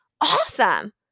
Awesome